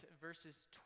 verses